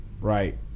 right